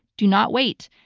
do not wait,